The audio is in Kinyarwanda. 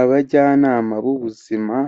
Abajyanama b'ubuzima